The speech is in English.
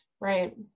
right